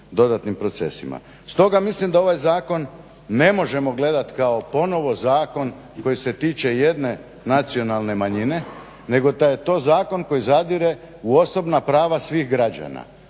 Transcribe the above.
Stoga mislim da ovaj zakon ne možemo gledati kao ponovno zakon koji se tiče jedne nacionalne manjine nego da je to zakon koji zadire u osobna prava svih građana.